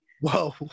whoa